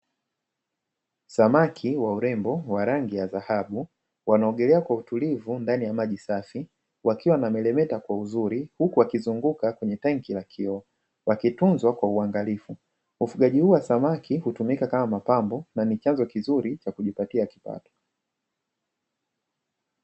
Samaki wa urembo wa rangi ya dhahabu, wanaogelea kwa utulivu ndani ya maji safi, wakiwa wanameremeta kwa uzuri huku wakizunguka kwenye tangi la kioo wakitunzwa kwa uangalifu; ufugaji huu wa samaki hutumika kama mapambo na ni chanzo kizuri cha kujipatia kipato.